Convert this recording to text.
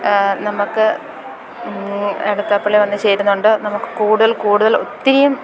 നമുക്ക് എടത്വ പള്ളിയിൽ വന്നു ചേരുന്നുണ്ട് നമുക്ക് കൂടുതൽ കൂടുതൽ ഒത്തിരിയും